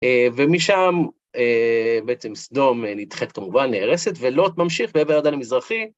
ומשם בעצם סדום נדחית, כמובן, נהרסת, ולוט ממשיך, בעבר הירדן המזרחי